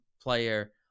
player